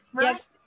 Yes